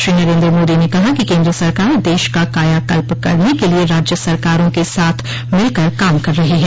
श्री नरेंद्र मोदी ने कहा कि केंद्र सरकार देश का काया कल्प करने के लिए राज्य सरकारों के साथ मिल कर काम कर रही है